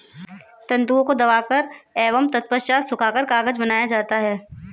तन्तुओं को दबाकर एवं तत्पश्चात सुखाकर कागज बनाया जाता है